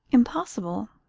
impossible?